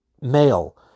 male